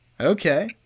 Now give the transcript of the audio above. Okay